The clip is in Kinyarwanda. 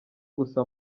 gusa